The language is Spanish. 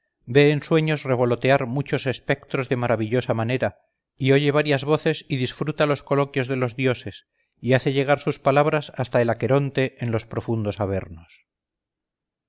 en sueños revolotear muchos espectros de maravillosa manera y oye varias voces y disfruta los coloquios de los dioses y hace llegar sus palabras hasta el aqueronte en los profundos avernos